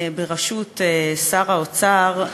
בראשות שר האוצר,